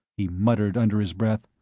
he muttered under his breath,